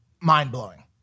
mind-blowing